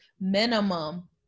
minimum